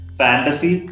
fantasy